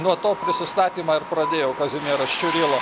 nuo to prisistatymą ir pradėjo kazimieras čiurila